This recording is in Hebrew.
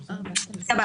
בסדר.